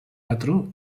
patró